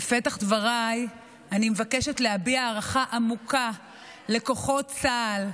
בפתח דבריי אני מבקשת להביע הערכה עמוקה לכוחות צה"ל,